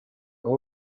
all